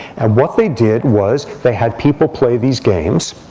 and what they did was they had people play these games.